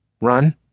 Run